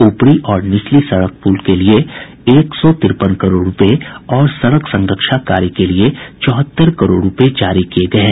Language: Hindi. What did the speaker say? ऊपरी और निचली सड़क पुल के लिए एक सौ तिरपन करोड़ रूपये और सड़क संरक्षा कार्य के लिए चौहत्तर करोड़ रूपये जारी किये गये हैं